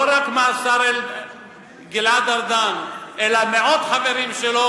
רק מהשר גלעד ארדן אלא מעוד חברים שלו,